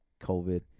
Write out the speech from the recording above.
covid